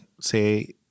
say